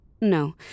No